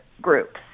groups